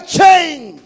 change